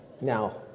Now